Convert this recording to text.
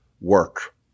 work